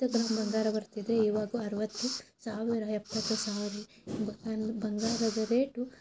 ಹತ್ತು ಗ್ರಾಮ್ ಬಂಗಾರ ಬರ್ತಿದ್ದರೆ ಇವಾಗ ಅರುವತ್ತು ಸಾವಿರ ಎಪ್ಪತ್ತು ಸಾವಿರ ಬಂಗಾರದ ರೇಟು